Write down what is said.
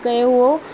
कयो हुओ